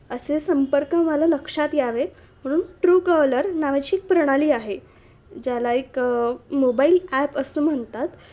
असे संपर्क मला लक्षात यावेत म्हणून ट्रूकॉलर नावाची प्रणाली आहे ज्याला एक मोबाईल ॲप असं म्हणतात